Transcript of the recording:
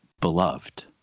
beloved